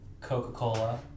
Coca-Cola